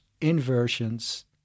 inversions